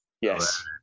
yes